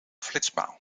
flitspaal